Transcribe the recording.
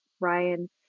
Ryan